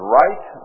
right